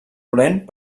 dolent